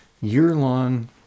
year-long